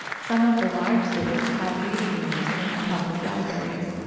some of the large cities have reading rooms in their public libraries,